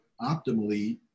optimally